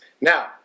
now